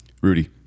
Rudy